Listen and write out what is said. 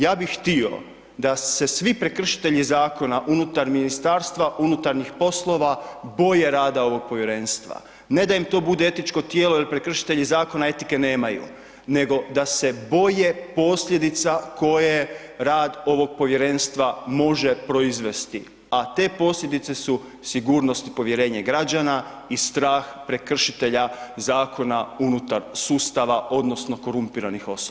Ja bi htio da se svi prekršitelji zakona unutar MUP-a boje rada ovog povjerenstva, ne da im to bude etičko tijelo jer prekršitelji zakona etike nemaju nego da se boje posljedica koje rad ovog povjerenstva može proizvesti a te posljedice su sigurnost i povjerenje građana i strah prekršitelja zakona unutar sustava odnosno korumpiranih osoba.